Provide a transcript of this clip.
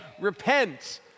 Repent